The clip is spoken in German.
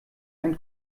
ein